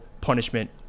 punishment